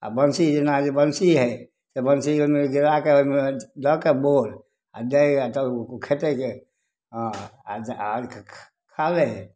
आ बंसी जेना जे बंसी हइ तऽ बंसी ओहिमे गिराकऽ ओहिमे दऽके बोर आ दै आ तब खेतै खा लै हइ